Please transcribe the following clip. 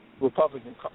Republican